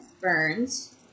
Burns